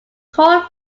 called